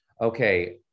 okay